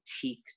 teeth